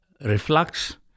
reflux